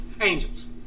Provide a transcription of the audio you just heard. angels